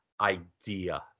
idea